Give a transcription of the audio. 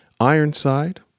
Ironside